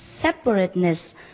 Separateness